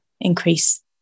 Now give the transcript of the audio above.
increase